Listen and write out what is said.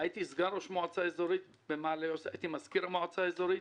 הייתי מזכיר מועצה אזורית,